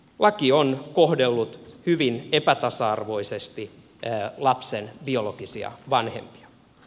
laki on kohdellut hyvin epätasa arvoisesti lapsen biologisia vanhempia